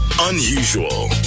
Unusual